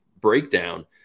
breakdown